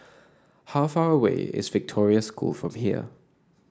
how far away is Victoria School from here